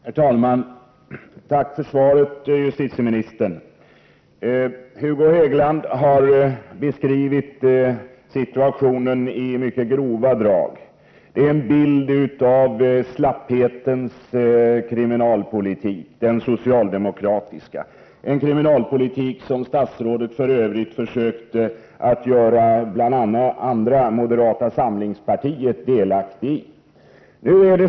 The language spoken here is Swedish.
Herr talman! Tack för svaret, justitieministern. Hugo Hegeland har beskrivit situationen i mycket grova drag. Den ger en bild av slapphetens kriminalpolitik — den socialdemokratiska — en kriminalpolitik som statsrådet helt felaktigt försökt att göra bl.a. moderata samlingspartiet delaktig i.